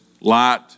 light